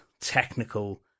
technical